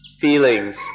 feelings